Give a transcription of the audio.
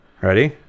ready